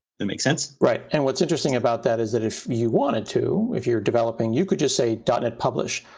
that makes sense? right. and what's interesting about that is that if you wanted to, if you're developing you could just say dotnet publish,